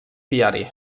diari